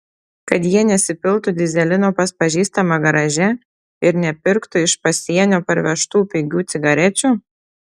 kad jie nesipiltų dyzelino pas pažįstamą garaže ir nepirktų iš pasienio parvežtų pigių cigarečių